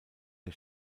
der